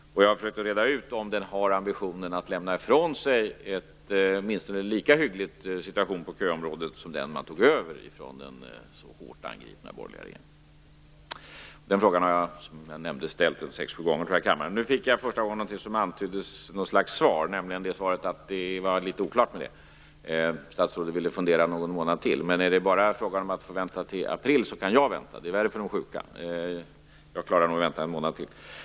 Jag har försökt reda ut om regeringen har ambitionen att lämna ifrån sig åtminstone en lika hygglig situation på köområdet som den som man tog över från den så hårt angripna borgerliga regeringen. Den frågan har jag, som jag nämnde, ställt sex, sju gånger här i kammaren. Nu fick jag för första gången något slags svar, nämligen att det var litet oklart. Statsrådet ville fundera någon månad till. Men jag kan vänta om det bara handlar om att vänta till april. Det är värre för de sjuka. Jag klarar nog av att vänta en månad till.